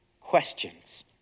questions